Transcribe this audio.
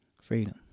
Freedom